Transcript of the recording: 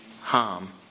harm